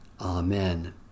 Amen